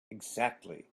exactly